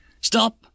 Stop